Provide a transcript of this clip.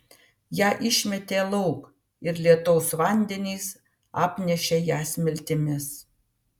ją išmetė lauk ir lietaus vandenys apnešė ją smiltimis